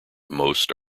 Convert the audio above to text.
most